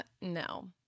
no